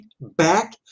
back